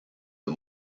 the